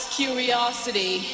curiosity